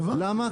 למה?